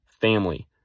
family